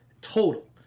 Total